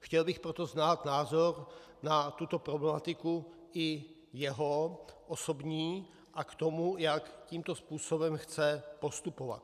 Chtěl bych proto znát názor na tuto problematiku i jeho osobní a k tomu, jak tímto způsobem chce postupovat.